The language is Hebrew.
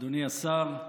אדוני השר,